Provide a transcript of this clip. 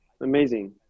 Amazing